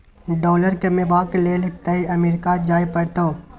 dollar कमेबाक लेल तए अमरीका जाय परतौ